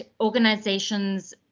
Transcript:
organizations